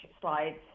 slides